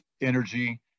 energy